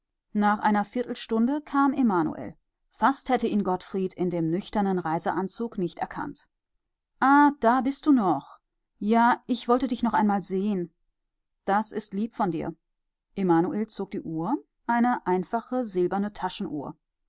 nach einer viertelstunde kam emanuel fast hätte ihn gottfried in dem nüchternen reiseanzug nicht erkannt ah da bist du noch ja ich wollte dich noch einmal sehen das ist lieb von dir emanuel zog die uhr eine einfache silberne taschenuhr